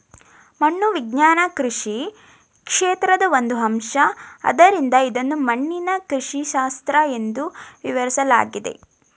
ಮಣ್ಣು ವಿಜ್ಞಾನ ಕೃಷಿ ಕ್ಷೇತ್ರದ ಒಂದು ಅಂಶ ಆದ್ದರಿಂದ ಇದನ್ನು ಮಣ್ಣಿನ ಕೃಷಿಶಾಸ್ತ್ರ ಎಂದೂ ವಿವರಿಸಲಾಗಿದೆ